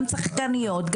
גם שחקניות,